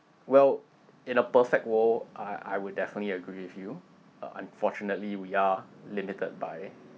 well in a perfect world I I would definitely agree with you uh unfortunately we are limited by